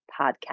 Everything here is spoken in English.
podcast